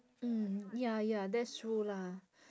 mm ya ya that's true lah